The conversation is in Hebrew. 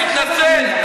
הוא קורא לו סטלין?